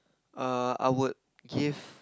err I would give